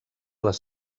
les